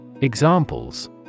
Examples